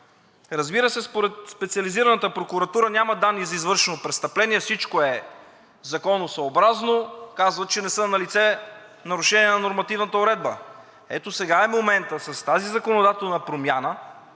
Разбира се, според специализираната прокуратура няма данни за извършено престъпление – всичко е законосъобразно, казва, че не са налице нарушения на нормативната уредба. Ето, сега е моментът, с тази законодателна промяна